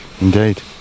indeed